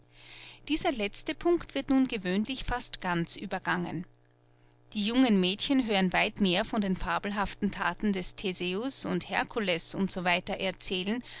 dieser letzte punkt wird nun gewöhnlich fast ganz übergangen die jungen mädchen hören weit mehr von den fabelhaften thaten des theseus und herkules u s w erzählen